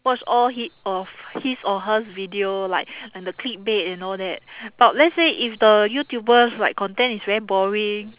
watch all hi~ of his or hers video like and the clickbait and all that but let's say if the youtuber's like content is very boring